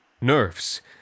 nerves